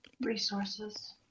Resources